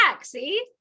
See